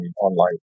online